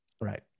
Right